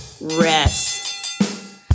rest